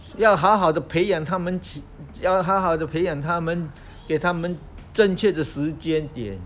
要好好的培养他们要好好的培养他们给他们正确的时间点